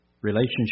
relationship